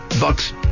bucks